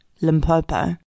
Limpopo